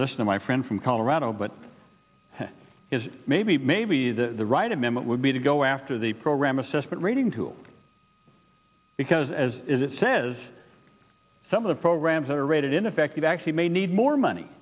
listen to my friend from colorado but is maybe maybe the right amendment would be to go after the program assessment rating tools because as it says some of the programs that are rated ineffective actually may need more money